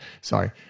Sorry